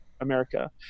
America